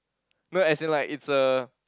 no as in like it's a